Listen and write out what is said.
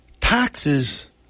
taxes